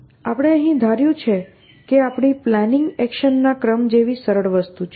આપણે અહીં ધાર્યું છે કે આપણી પ્લાનિંગ એક્શનના ક્રમ જેવી સરળ વસ્તુ છે